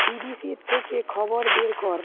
B B সির থেকে খবর বের কর